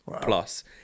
plus